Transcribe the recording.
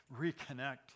reconnect